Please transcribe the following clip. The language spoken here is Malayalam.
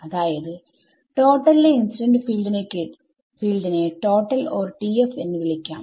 അതായത് ടോട്ടൽ ലെ ഇൻസിഡന്റ് ഫീൽഡ് നെ ടോട്ടൽ F or TF എന്ന് വിളിക്കാം